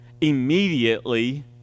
immediately